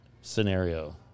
scenario